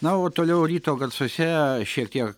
na o toliau ryto garsuose šiek tiek